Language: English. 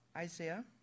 Isaiah